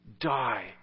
die